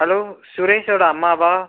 hello சுரேஷோடய அம்மாவா